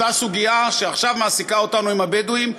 אותה סוגיה שעכשיו מעסיקה אותנו עם הבדואים,